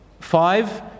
Five